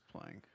playing